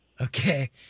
Okay